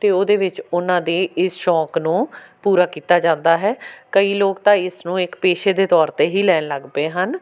ਅਤੇ ਉਹਦੇ ਵਿੱਚ ਉਹਨਾਂ ਦੇ ਇਸ ਸ਼ੌਂਕ ਨੂੰ ਪੂਰਾ ਕੀਤਾ ਜਾਂਦਾ ਹੈ ਕਈ ਲੋਕ ਤਾਂ ਇਸ ਨੂੰ ਇੱਕ ਪੇਸ਼ੇ ਦੇ ਤੌਰ 'ਤੇ ਹੀ ਲੈਣ ਲੱਗ ਪਏ ਹਨ